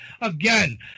Again